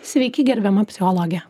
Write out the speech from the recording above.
sveiki gerbiama psichologe